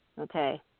Okay